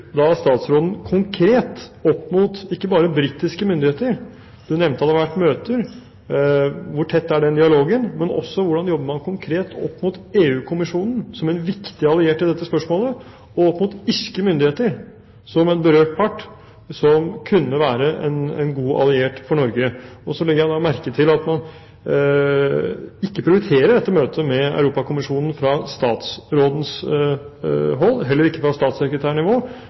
man konkret opp mot EU-kommisjonen, som en viktig alliert i dette spørsmålet, og opp mot irske myndigheter, som en berørt part, som kunne være en god alliert for Norge? Så legger jeg merke til at man fra statsrådens hold ikke prioriterer møtet med Europakommisjonen, og heller ikke på statssekretærnivå,